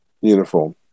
uniform